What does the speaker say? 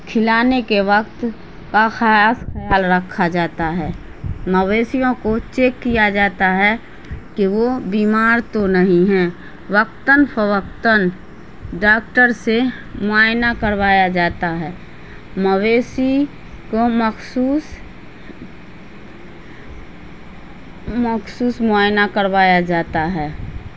کھلانے کے وقت کا خاص خیال رکھا جاتا ہے مویشیوں کو چیک کیا جاتا ہے کہ وہ بیمار تو نہیں ہے وقتاً فوقتاً ڈاکٹر سے معائنہ کروایا جاتا ہے مویشی کو مخصوص مخصوص معائنہ کروایا جاتا ہے